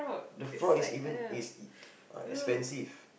the frog is even is ah expensive